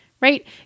Right